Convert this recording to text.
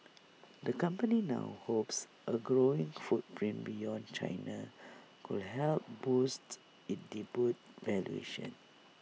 the company now hopes A growing footprint beyond China could help boosts its debut valuation